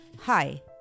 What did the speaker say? Hi